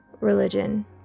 religion